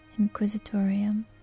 Inquisitorium